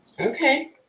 Okay